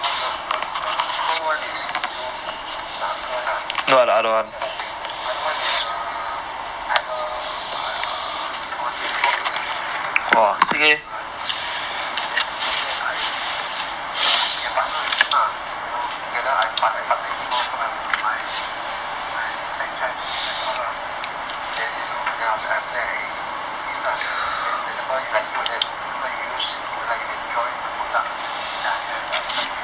well the the stone [one] is most my uncle [one] ah the other [one] is err I have err I was being brought in lah ya mm then after that I be a partner with him lah you know together I partner with him lor so I'm I franchise the business out lah then ya after that I have been do this lah that's why like you like you enjoy the product that I have that I sell to you